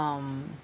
um